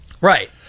right